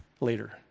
later